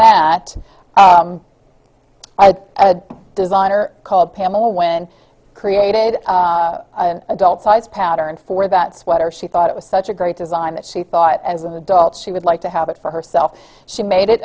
a designer called pamela when created adult size pattern for that sweater she thought it was such a great design that she thought as an adult she would like to have it for herself she made it